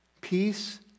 peace